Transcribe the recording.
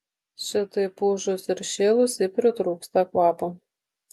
šitaip ūžus ir šėlus ji pritrūksta kvapo